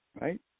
right